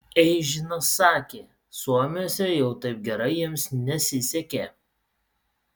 eižinas sakė suomiuose jau taip gerai jiems nesisekė